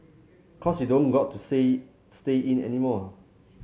cause you don't got to say stay in anymore